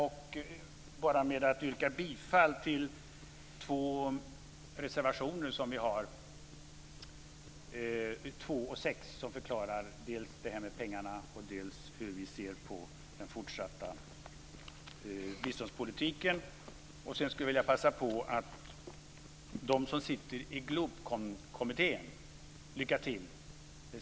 Jag yrkar bifall till två reservationer vi har, nr 2 och 6. Sedan vill jag passa på att rikta mig till dem som sitter i Globkommittén. Lycka till!